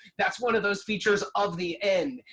that's one of those features of the end.